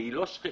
והיא לא שכיחה